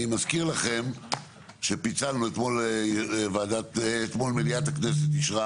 אני מזכיר לכם שאתמול מליאת הכנסת אישרה